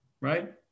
Right